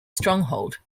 stronghold